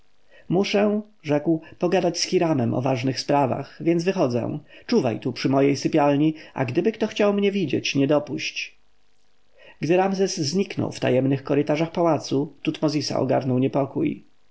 muszę rzekł pogadać z hiramem o ważnych sprawach więc wychodzę czuwaj tu przy mojej sypialni a gdyby kto chciał mnie widzieć nie dopuść gdy ramzes zniknął w tajemnych korytarzach pałacu tutmozisa ogarnął niepokój